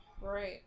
Right